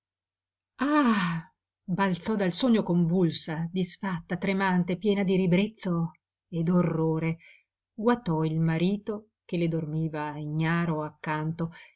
balzò dal sogno convulsa disfatta tremante piena di ribrezzo e d'orrore guatò il marito che le dormiva ignaro accanto